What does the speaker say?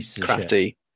crafty